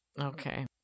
okay